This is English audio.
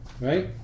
right